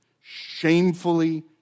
shamefully